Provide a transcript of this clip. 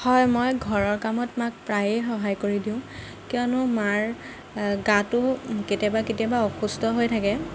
হয় মই ঘৰৰ কামত মাক প্ৰায়েই সহায় কৰি দিওঁ কিয়নো মাৰ গাটো কেতিয়াবা কেতিয়াবা অসুস্থ হৈ থাকে